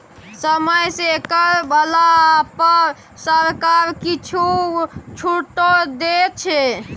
समय सँ कर भरला पर सरकार किछु छूटो दै छै